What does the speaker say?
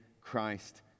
Christ